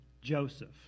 Joseph